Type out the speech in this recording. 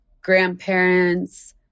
grandparents